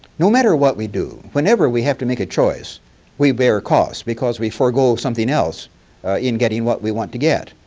no matter what we do, whenever we have to make a choice we bare cost because we forego something else in getting what we want to get.